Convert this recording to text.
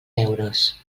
euros